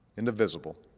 indivisible,